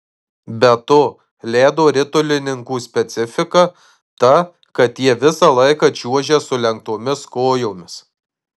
be to ledo ritulininkų specifika ta kad jie visą laiką čiuožia sulenktomis kojomis